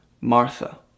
Martha